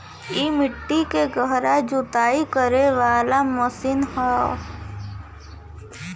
इ मट्टी के गहरा जुताई करे वाला मशीन हौ